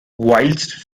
whilst